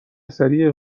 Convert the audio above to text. سریع